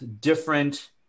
different